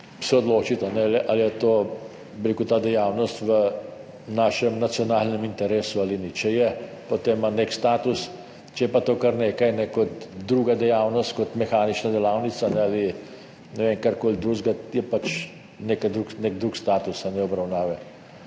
odločiti, ali je ta dejavnost v našem nacionalnem interesu ali ni. Če je, potem ima nek status, če je pa to kar nekaj kot druga dejavnost, kot mehanična delavnica ali ne vem, karkoli drugega, je pač nek drug status obravnave.